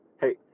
hey